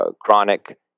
chronic